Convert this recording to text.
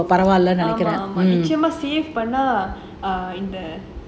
ஆமா நிச்சயமா:aamaa nichayamaa safe பண்ணா இந்த:panna intha